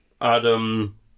Adam